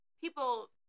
people